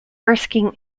erskine